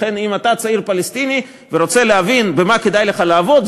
לכן אם אתה צעיר פלסטיני ואתה רוצה להבין במה כדאי לך לעבוד,